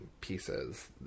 pieces